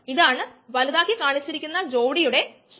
ഇപ്പോൾ നിങ്ങൾ നേരത്തെ ഇത് കണ്ട സ്ഥലം ഓർമ്മിക്കുന്നോ